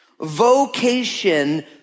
Vocation